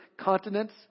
continents